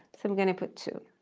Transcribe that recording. so i'm going to put two.